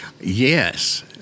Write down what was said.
yes